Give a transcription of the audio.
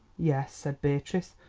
yes, said beatrice,